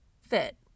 fit